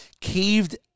caved